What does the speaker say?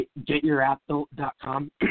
GetYourAppBuilt.com